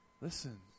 Listen